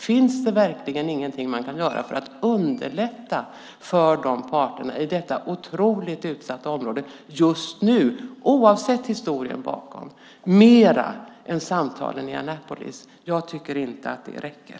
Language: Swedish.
Finns det verkligen ingenting man kan göra för att underlätta för parterna i detta otroligt utsatta område just nu, oavsett historien bakom, mer än samtalen i Annapolis? Jag tycker inte att det räcker.